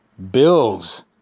bills